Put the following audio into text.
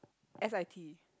s_i_t